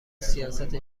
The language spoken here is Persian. سیاست